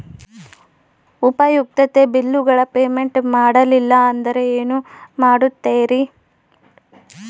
ಉಪಯುಕ್ತತೆ ಬಿಲ್ಲುಗಳ ಪೇಮೆಂಟ್ ಮಾಡಲಿಲ್ಲ ಅಂದರೆ ಏನು ಮಾಡುತ್ತೇರಿ?